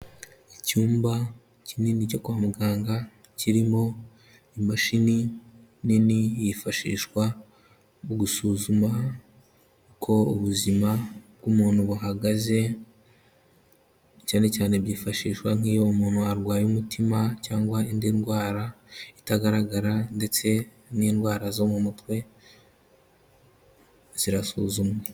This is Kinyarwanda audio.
Icyumba kinini cyo kwa muganga, kirimo imashini nini yifashishwa mu gusuzuma uko ubuzima bw'umuntu buhagaze, cyane cyane byifashishwa nk'iyo umuntu arwaye umutima cyangwa indi ndwara itagaragara ndetse n'indwara zo mu mutwe zirasuzumwa.